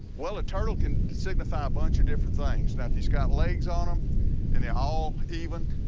well, a turtle can signify a bunch of different things. now, if he's got legs on him and they're all even,